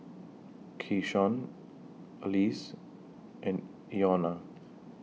Keyshawn Alize and Ilona